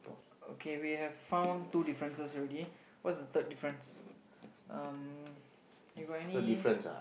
okay we have found two differences already what's the third difference um you got any